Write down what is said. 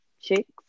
chicks